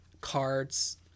cards